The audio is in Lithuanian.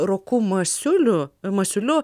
roku masiuliu masiuliu